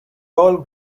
all